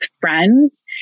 friends